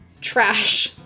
trash